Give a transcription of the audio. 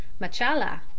Machala